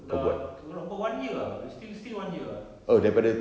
sudah err about one year ah still still one year ah still